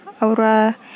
aura